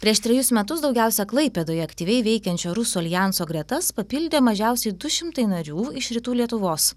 prieš trejus metus daugiausia klaipėdoje aktyviai veikiančio rusų aljanso gretas papildė mažiausiai du šimtai narių iš rytų lietuvos